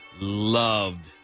loved